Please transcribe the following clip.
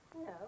No